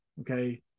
Okay